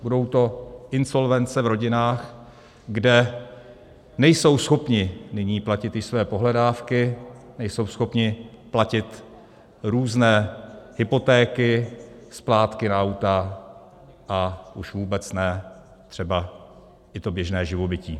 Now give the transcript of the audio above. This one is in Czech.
Budou to insolvence v rodinách, kde nejsou schopni nyní platit již své pohledávky, nejsou schopni platit různé hypotéky, splátky na auta, a už vůbec ne třeba i to běžné živobytí.